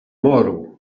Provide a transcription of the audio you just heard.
moro